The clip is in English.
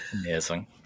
Amazing